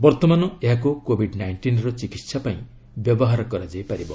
ବର୍ତ୍ତମାନ ଏହାକୁ କୋବିଡ୍ ନାଇଷ୍ଟିନ୍ର ଚିକିତ୍ସା ପାଇଁ ବ୍ୟବହାର କରାଯାଇ ପାରିବ